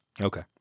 Okay